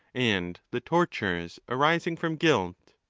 and the tortures arising from guilt.